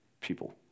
people